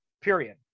period